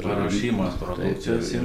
paruošimas produkcijos ir